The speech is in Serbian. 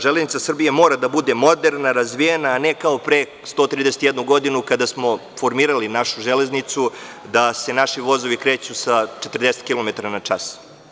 Železnica Srbije mora da bude moderna, razvijena, a ne kao pre 131 godinu, kada smo formirali našu železnicu, da nam se vozovi kreću 40 km na čas.